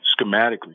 schematically